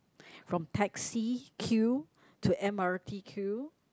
from taxi queue to m_r_t queue